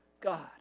God